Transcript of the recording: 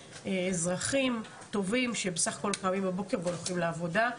אזרחים טובים שבסך הכול קמים בבוקר והולכים לעבודה,